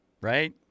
Right